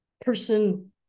person